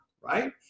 right